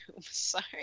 Sorry